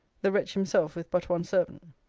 the wretch himself with but one servant.